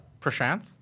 Prashanth